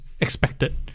expected